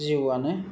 जिउआनो